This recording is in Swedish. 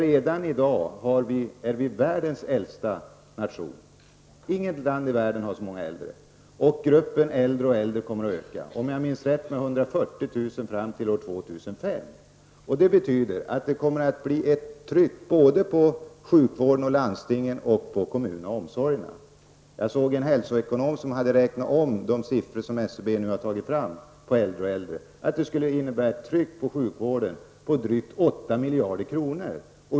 Redan i dag är vi världens äldsta nation. Inget land i världen har så många äldre. Gruppen kommer att öka, om jag minns rätt med 140 000 fram till år 2005. Det betyder ett tryck både på sjukvården och omsorgen, landstingen och kommunerna. Jag såg att en hälsoekonom hade räknat om de siffror som SCB tagit fram och funnit att det skulle innebära ett tryck på sjukvården på drygt 8 miljarder kronor.